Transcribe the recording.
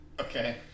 Okay